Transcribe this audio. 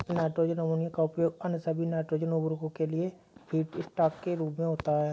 nitrogen ammonia का उपयोग अन्य सभी नाइट्रोजन उवर्रको के लिए फीडस्टॉक के रूप में होता है